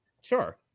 Sure